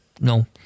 no